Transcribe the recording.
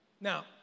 Now